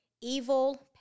evil